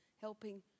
helping